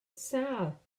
sâl